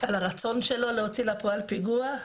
על הרצון שלו להוציא לפועל פיגוע,